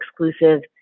exclusive